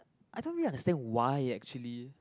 I don't really understand why actually